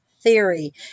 theory